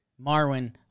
Marwin